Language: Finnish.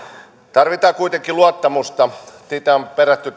tarvitaan kuitenkin luottamusta sitä on perätty